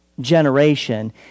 generation